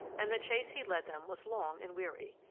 and the chase he led them was long and weary.